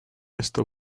esto